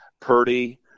Purdy